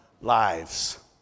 lives